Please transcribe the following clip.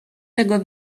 tego